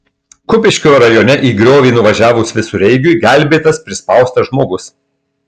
kupiškio rajone į griovį nuvažiavus visureigiui gelbėtas prispaustas žmogus